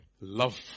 love